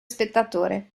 spettatore